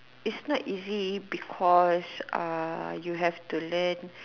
it's not easy because uh you have to learn